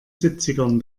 siebzigern